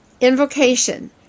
Invocation